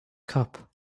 cup